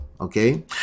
okay